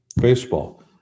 baseball